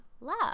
love